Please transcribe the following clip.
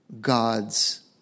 God's